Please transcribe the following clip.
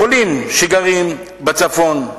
חולים שגרים בצפון,